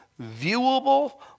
viewable